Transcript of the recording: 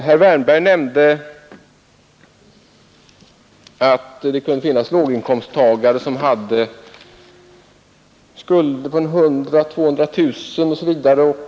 Herr Wärnberg sade att det kan finnas låginkomsttagare som har skulder på t.ex. 100 000-200 000 kronor.